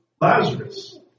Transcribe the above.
Lazarus